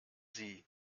sie